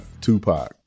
Tupac